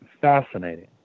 fascinating